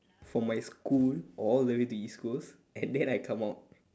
from my school all the way to east coast and then I come out